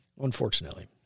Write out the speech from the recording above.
Unfortunately